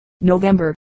November